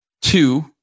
two